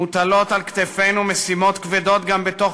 מוטלות על כתפינו משימות כבדות גם בתוך